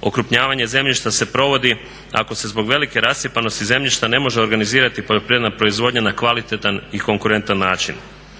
okrupnjavanje zemljišta se provodi ako se zbog velike rascjepkanosti zemljišta ne može organizirati poljoprivredna proizvodnja na kvalitetan i konkurentan način.